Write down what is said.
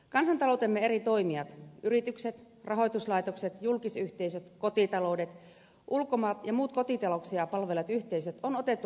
kansantaloutemme eri toimijat yritykset rahoituslaitokset julkisyhteisöt kotitaloudet ulkomaat ja muut kotitalouksia palvelevat yhteisöt on otettu budjetissamme huomioon